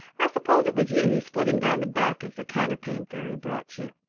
i suppose it was you who split him down the back, as the counterpane fairy brought you.